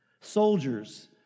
Soldiers